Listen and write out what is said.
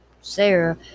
Sarah